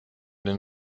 den